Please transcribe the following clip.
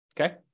Okay